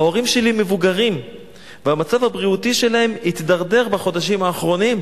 ההורים שלי מבוגרים והמצב הבריאותי שלהם הידרדר בחודשים האחרונים.